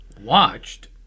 Watched